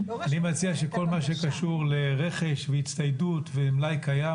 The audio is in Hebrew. אני מציע שכל מה שקשור לרכש והצטיידות ומלאי קיים,